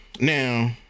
now